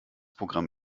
programm